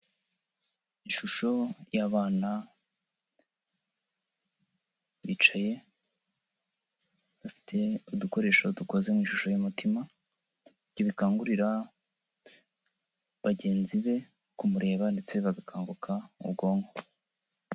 Ishusho y'abana bicaye, bafite udukoresho dukoze mu ishusho y'umutima, ibyo bikangurira bagenzi be kumureba ndetse bagakanguka mu bwonko.